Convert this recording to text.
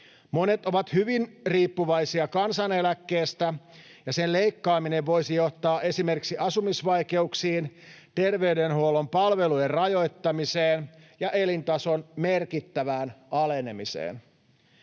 Monet ovat hyvin riippuvaisia kansaneläkkeestä, ja sen leikkaaminen voisi johtaa esimerkiksi asumisvaikeuksiin, terveydenhuollon palvelujen rajoittamiseen ja elintason merkittävään alenemiseen.